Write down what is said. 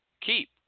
keep